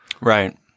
right